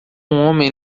homem